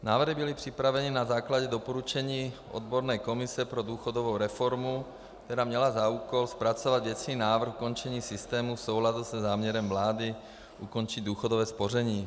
Návrhy byly připraveny na základě doporučení odborné komise pro důchodovou reformu, která měla za úkol zpracovat věcný návrh ukončení systému v souladu se záměrem vlády ukončit důchodové spoření.